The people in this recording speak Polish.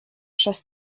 przez